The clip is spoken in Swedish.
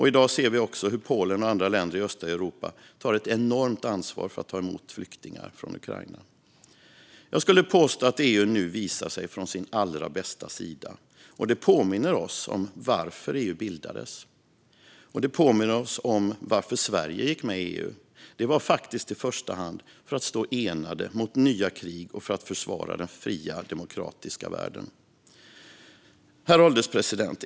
I dag ser vi också hur Polen och andra länder i östra Europa tar ett enormt ansvar för att ta emot flyktingar från Ukraina. Jag skulle påstå att EU nu visar sig från sin allra bästa sida. Det påminner oss om varför EU bildades, och det påminner oss om varför Sverige gick med i EU. Det var faktiskt i första hand för att stå enade mot nya krig och för att försvara fria, demokratiska samhällen. Herr ålderspresident!